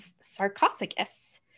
sarcophagus